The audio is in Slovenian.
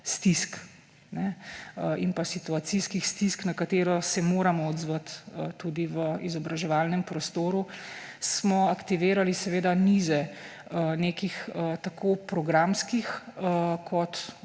stisk in situacijskih stisk, na katero se moramo odzvati tudi v izobraževalnem prostoru, smo aktivirali nize tako programskih kot